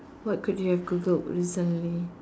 what could you have Googled recently